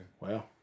Wow